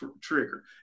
trigger